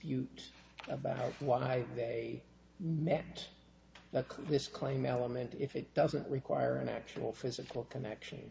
you about what i say meant that this claim element if it doesn't require an actual physical connection